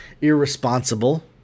irresponsible